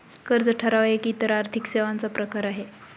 कर्ज ठराव एक इतर आर्थिक सेवांचा प्रकार आहे